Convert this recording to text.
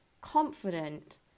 confident